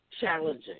Challenging